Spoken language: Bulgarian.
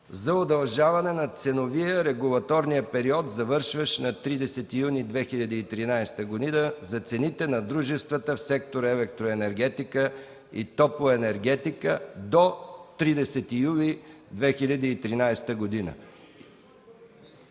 за удължаване на ценовия/ регулаторния период, завършващ на 30 юни 2013 г. за цените на дружествата в сектор „Електроенергетика и топлоенергетика” до 31 юли 2013 г.